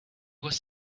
was